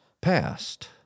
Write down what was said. passed